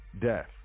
death